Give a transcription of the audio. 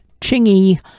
Chingy